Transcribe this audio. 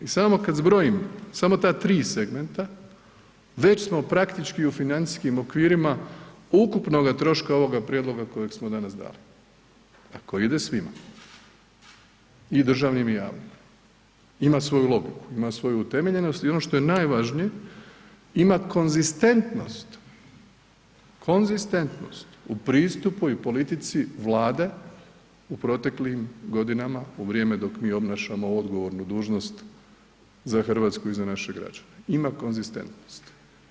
I samo kada zbrojim, samo ta tri segmenta već smo praktički u financijskim okvirima ukupnoga troška ovoga prijedloga kojeg smo danas dali, a koji ide svima i državnim i javnim, ima svoju logiku, ima svoju utemeljenost i ono što je najvažnije ima konzistentnost u pristupu i politici Vlade u proteklim godinama u vrijeme dok mi obnašamo odgovornu dužnost za Hrvatsku i za naše građane, ima konzistentnost.